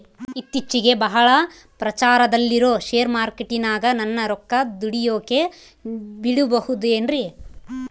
ಇತ್ತೇಚಿಗೆ ಬಹಳ ಪ್ರಚಾರದಲ್ಲಿರೋ ಶೇರ್ ಮಾರ್ಕೇಟಿನಾಗ ನನ್ನ ರೊಕ್ಕ ದುಡಿಯೋಕೆ ಬಿಡುಬಹುದೇನ್ರಿ?